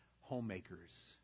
homemakers